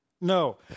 No